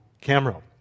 camera